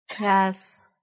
Yes